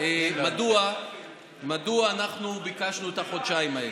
מדוע אנחנו ביקשנו את החודשיים האלה.